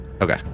okay